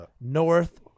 North